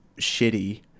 shitty